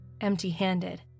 empty-handed